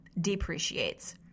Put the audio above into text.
depreciates